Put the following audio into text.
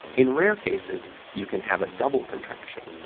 in rare cases, you can have a double contraction,